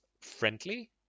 friendly